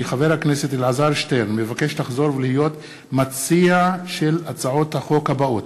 כי חבר הכנסת אלעזר שטרן מבקש לחזור ולהיות מציע של הצעות החוק האלה: